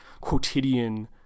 quotidian